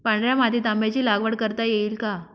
पांढऱ्या मातीत आंब्याची लागवड करता येईल का?